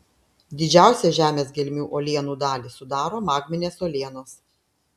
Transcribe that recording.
didžiausią žemės gelmių uolienų dalį sudaro magminės uolienos